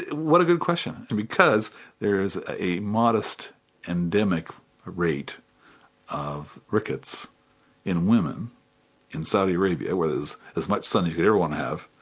what a good question, because there is a modest endemic rate of rickets in women in saudi arabia, where there's as much sun as you'd ever want to have,